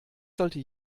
sollte